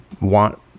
want